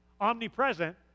omnipresent